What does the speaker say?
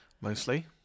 Mostly